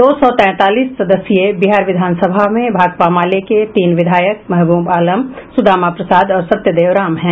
दो सौ तैंतालीस सदस्यीय बिहार विधानसभा में भाकपा माले के तीन विधायक महबूब आलम सुदामा प्रसाद और सत्यदेव राम हैं